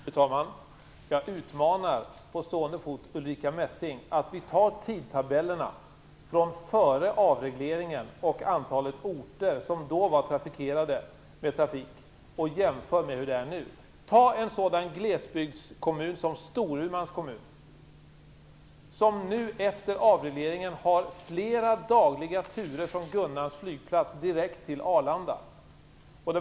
Fru talman! Jag utmanar på stående fot Ulrica Messing. Vi tar tidtabellerna från före avregleringen och räknar det antal orter som då trafikerades och jämför med situationen efter. Ta en sådan glesbygdskommun som Storuman. Nu, efter avregleringen, går flera turer dagligen från Gunnarns flygplats direkt till Arlanda.